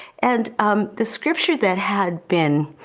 and um the scripture that had been,